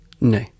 No